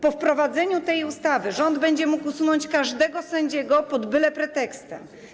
Po wprowadzeniu tej ustawy rząd będzie mógł usunąć każdego sędziego pod byle pretekstem.